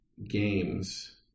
games